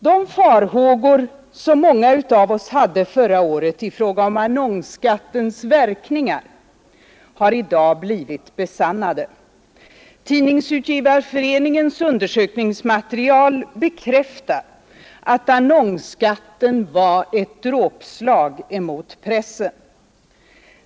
De farhågor som många av oss hade förra året i fråga om annonsskattens verkningar har i dag blivit besannade. Tidningsutgivareföreningens undersökningsmaterial bekräftar att annonsskatten var ett dråpslag emot pressen.